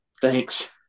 Thanks